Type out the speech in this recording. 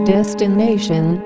Destination